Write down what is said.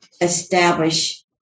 establish